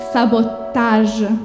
Sabotage